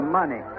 money